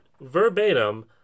verbatim